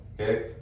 Okay